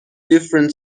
different